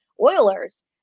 Oilers